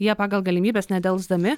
jie pagal galimybes nedelsdami